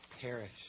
perish